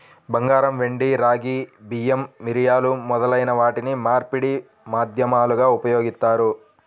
బంగారం, వెండి, రాగి, బియ్యం, మిరియాలు మొదలైన వాటిని మార్పిడి మాధ్యమాలుగా ఉపయోగిత్తారు